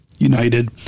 united